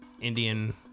Indian